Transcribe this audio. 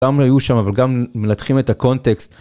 גם היו שם, אבל גם מנתחים את הקונטקסט.